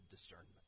discernment